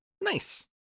Nice